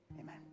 Amen